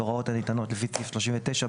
הוראות הניתנות לפי סעיף 39(ב)(1)